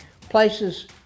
places